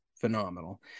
phenomenal